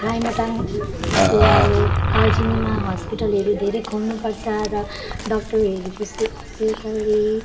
रामाटाङजस्तो अब कालचिनीमा हस्पिटलहरू धेरै खोल्नुपर्छ र डक्टरहरूको